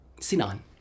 Sinan